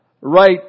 right